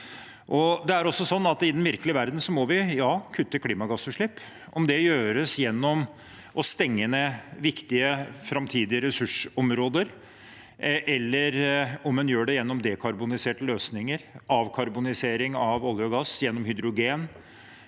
i den virkelige verden må vi kutte klimagassutslipp. Om det gjøres gjennom å stenge ned viktige framtidige ressursområder, eller om en gjør det gjennom dekarboniserte løsninger, avkarbonisering av olje og gass, gjennom hydrogen,